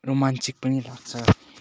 romantic पनि लाग्छ